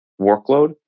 workload